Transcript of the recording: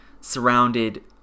surrounded